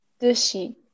Dushi